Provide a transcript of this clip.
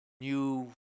new